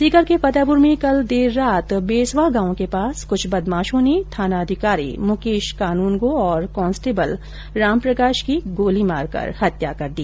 सीकर के फतेहपुर में कल देर रात बेसवा गांव के पास कुछ बदमाशों ने थानाधिकारी मुकेश कानूनगो और कांस्टेबल रामप्रकाश की गोली मारकर हत्या कर दी